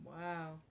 Wow